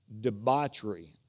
debauchery